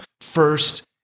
First